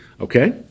okay